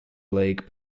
league